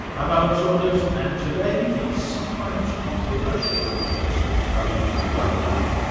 i'm alan saunders. and today, the sometimes controversial professor tariq ramadan.